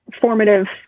formative